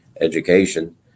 education